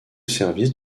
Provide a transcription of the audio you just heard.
service